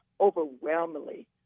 overwhelmingly